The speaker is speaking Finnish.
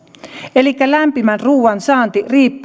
elikkä lämpimän ruuan saanti riippuu